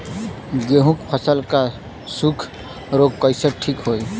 गेहूँक फसल क सूखा ऱोग कईसे ठीक होई?